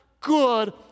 good